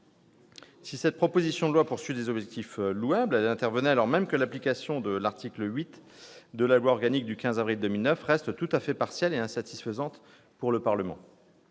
Si cette proposition de loi répond à des objectifs louables, sa discussion intervient alors même que l'application de l'article 8 de la loi organique du 15 avril 2009 reste tout à fait partielle et insatisfaisante pour le Parlement.